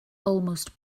almost